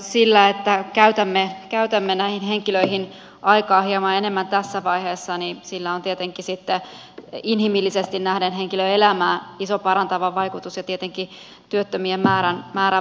sillä että käytämme näihin henkilöihin aikaa hieman enemmän tässä vaiheessa on tietenkin sitten inhimillisesti nähden henkilön elämään iso parantava vaikutus ja tietenkin työttömien määrän vähentämiseen